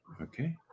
Okay